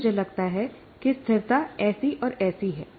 अब मुझे लगता है कि स्थिरता ऐसी और ऐसी है